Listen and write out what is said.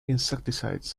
insecticides